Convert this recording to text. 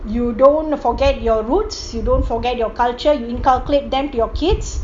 you don't forget your roots you don't forget your culture you incalculate them to your kids